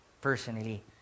personally